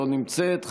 לא נמצאת,